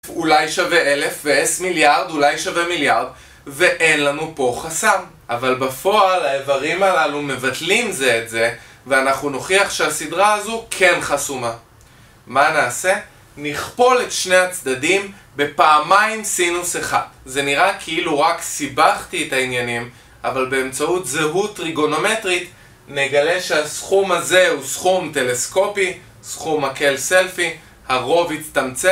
אולי שווה אלף ו-S מיליארד, אולי שווה מיליארד ואין לנו פה חסם אבל בפועל, האיברים הללו מבטלים זה את זה ואנחנו נוכיח שהסדרה הזו כן חסומה. מה נעשה? נכפול את שני הצדדים בפעמיים סינוס אחד. זה נראה כאילו רק סיבכתי את העניינים אבל באמצעות זהות טריגונומטרית נגלה שהסכום הזה הוא סכום טלסקופי, סכום מקל סלפי, הרוב יצטמצם